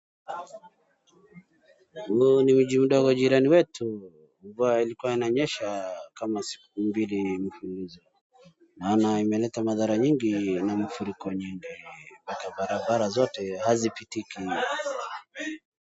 Huu ni ushuhuda wa jirani yetu ambaye alikua ananyesha kama siku mbili mfululizo, maana imeleta madhara mingi na mafuriko mingi, barabara zote hazipitiki.